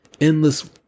endless